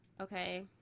Okay